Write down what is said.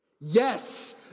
Yes